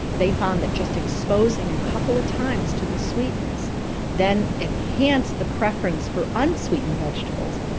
they found that just exposing a couple of times to the sweetness then enhanced the preference for unsweetened vegetables,